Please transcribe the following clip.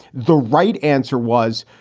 the right answer was,